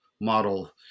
model